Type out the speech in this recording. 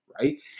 right